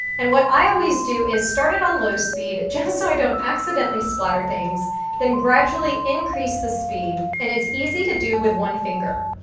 and what i always do is start it on low speed, just so i don't accidentally splatter things, then gradually increase the speed, and it's easy to do with one finger.